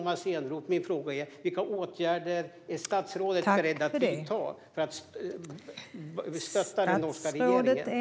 Min fråga är: Vilka åtgärder är statsrådet Tomas Eneroth beredd att vidta för att stötta den norska regeringen?